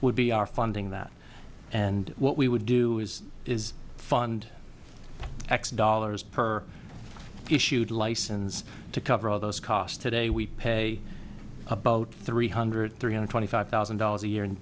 would be our funding that and what we would do is is fund x dollars per issued license to cover all those costs today we pay about three hundred three hundred twenty five thousand dollars a year